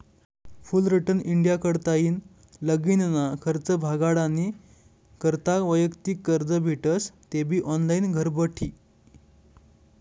Fullerton India कडताईन लगीनना खर्च भागाडानी करता वैयक्तिक कर्ज भेटस तेबी ऑनलाईन घरबठी